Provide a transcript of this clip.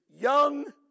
young